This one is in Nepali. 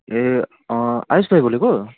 ए अँ आयुष भाइ बोलेको